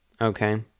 okay